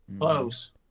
Close